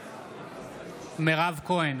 בעד מירב כהן,